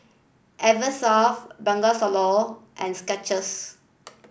Eversoft Bengawan Solo and Skechers